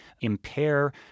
impair